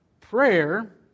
prayer